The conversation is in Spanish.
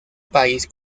país